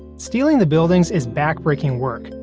stealing the buildings is back-breaking work,